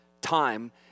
time